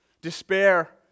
Despair